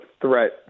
threat